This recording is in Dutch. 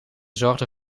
zorgde